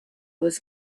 was